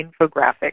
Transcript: infographic